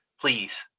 Please